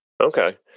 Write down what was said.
Okay